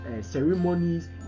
ceremonies